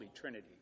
trinity